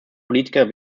politiker